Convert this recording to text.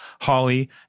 holly